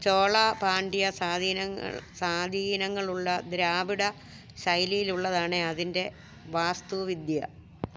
ചോള പാണ്ഡ്യ സ്വാധീനങ്ങൾ സ്വധീനങ്ങളുള്ള ദ്രാവിഡ ശൈലിയിലുള്ളതാണ് അതിന്റെ വാസ്തുവിദ്യ